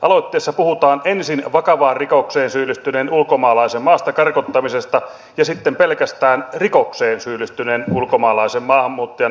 aloitteessa puhutaan ensin vakavaan rikokseen syyllistyneen ulkomaalaisen maasta karkottamisesta ja sitten pelkästään rikokseen syyllistyneen ulkomaalaisen maahanmuuttajan karkottamisesta